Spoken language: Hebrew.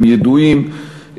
הם ידועים,